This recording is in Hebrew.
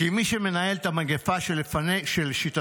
כי מי שניהל את המגפה שלשיטתך,